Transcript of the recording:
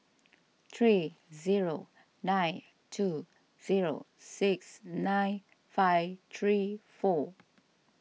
three zero nine two zero six nine five three four